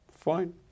Fine